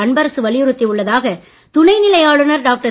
அன்பரசு வலியுறுத்தி உள்ளதாக துணைநிலை ஆளுனர் டாக்டர்